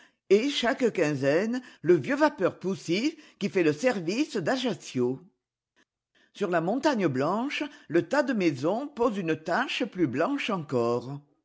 et chaque quinzaine le vieux vapeur poussif qui fait le service d'ajaccio sur la montagne blanche le tas de maisons pose une tache plus blanche encore